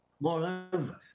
Moreover